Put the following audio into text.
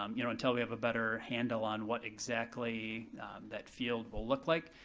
um you know, until we have a better handle on what exactly that field will look like,